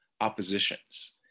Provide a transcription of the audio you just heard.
oppositions